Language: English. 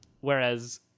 Whereas